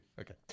Okay